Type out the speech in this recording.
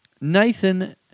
Nathan